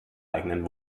eigenen